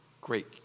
great